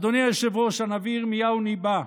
אדוני היושב-ראש, הנביא ירמיהו ניבא: